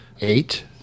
eight